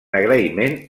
agraïment